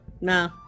no